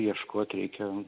ieškot reikia